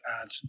add